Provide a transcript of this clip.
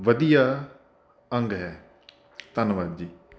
ਵਧੀਆ ਅੰਗ ਹੈ ਧੰਨਵਾਦ ਜੀ